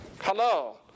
Hello